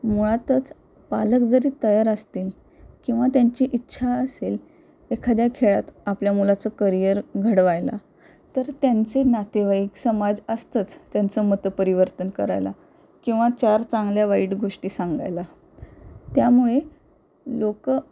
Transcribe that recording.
मुळातच पालक जरी तयार असतील किंवा त्यांची इच्छा असेल एखाद्या खेळात आपल्या मुलाचं करियर घडवायला तर त्यांचे नातेवाईक समाज असतंच त्यांचं मत परिवर्तन करायला किंवा चार चांगल्या वाईट गोष्टी सांगायला त्यामुळे लोक